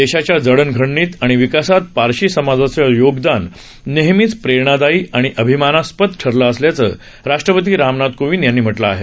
देशाच्या जडणघडणीत आणि विकासात पारशी समाजाचं योगदान नेहमीच प्रेरणादायी आणि अभिमानास्पद ठरलं असल्याचं राष्ट्रपती रामनाथ कोविंद यांनी म्हटलं आहे